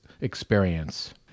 experience